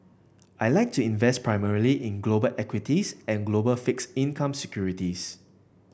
I like to invest primarily in global equities and global fixed income securities